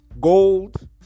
gold